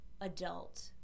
adult